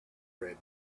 red